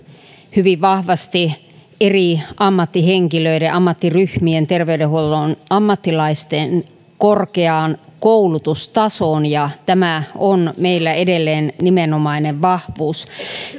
hyvin vahvasti eri ammattihenkilöiden ammattiryhmien terveydenhuollon ammattilaisten korkeaan koulutustasoon ja tämä on meillä edelleen nimenomainen vahvuus